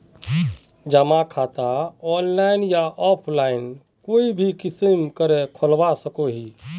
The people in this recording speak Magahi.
जमा खाता ऑनलाइन या ऑफलाइन कोई भी किसम करे खोलवा सकोहो ही?